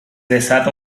desata